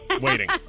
Waiting